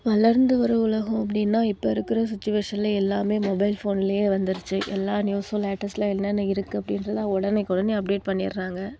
வளர்ந்து வரும் உலகம் அப்படின்னா இப்போ இருக்கிற சுச்சிவேஷன்ல எல்லாமே மொபைல் ஃபோன்லே வந்திருச்சு எல்லா நியூஸும் லேட்டஸ்ட்ல என்னென்ன இருக்குது அப்படின்றதுலாம் உடனைக்கு உடனே அப்டேட் பண்ணிடுறாங்க